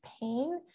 pain